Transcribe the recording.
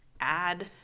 add